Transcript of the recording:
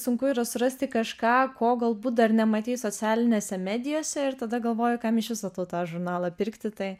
sunku yra surasti kažką ko galbūt dar nematei socialinėse medijose ir tada galvoji kam iš viso tau tą žurnalą pirkti tai